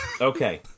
Okay